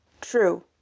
True